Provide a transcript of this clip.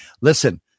listen